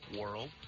world